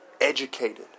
educated